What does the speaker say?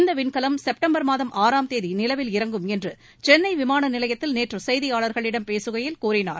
இந்த விண்கலம் செப்டம்பர் மாதம் ஆறாம் தேதி நிலவில் இறங்கும் என்று சென்னை விமான நிலையத்தில் நேற்று செய்தியாளர்களிடம் பேசுகையில் கூறினார்